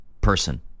person